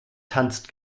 tanzt